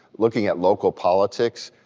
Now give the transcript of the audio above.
looking at local politics,